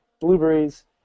blueberries